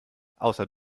außer